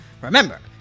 Remember